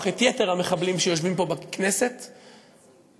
את יתר המחבלים שיושבים פה בכנסת לכלא.